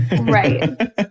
Right